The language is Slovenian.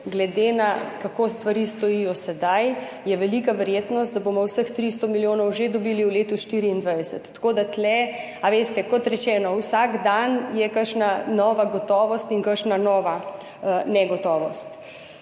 glede na to, kako stvari stojijo sedaj, je velika verjetnost, da bomo vseh 300 milijonov že dobili v letu 2024. Tako da je tukaj, kot rečeno, vsak dan kakšna nova gotovost in kakšna nova negotovost.